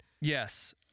Yes